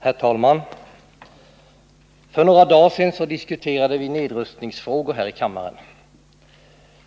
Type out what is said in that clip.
Herr talman! För några dagar sedan diskuterade vi nedrustningsfrågor här i kammaren.